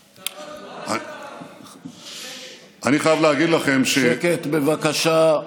בעוד חודש, אני חייב להגיד לכם, שקט, בבקשה.